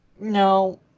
No